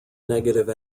negative